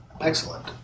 Excellent